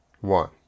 One